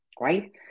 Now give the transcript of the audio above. right